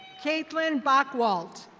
caitlin bockwalt.